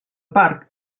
parc